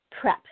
prep